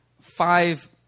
five